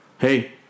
Hey